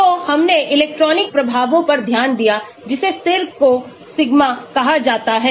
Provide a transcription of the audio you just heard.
तो हमने इलेक्ट्रॉनिक प्रभावों पर ध्यान दिया जिसे स्थिर को सिग्मा कहा जाता है